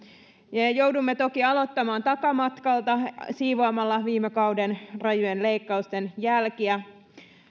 joudumme toki aloittamaan takamatkalta siivoamalla viime kauden rajujen leikkausten jälkiä